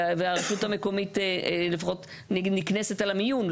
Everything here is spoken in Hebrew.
והרשות המקומית נקנסת על המיון.